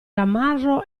ramarro